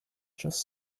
just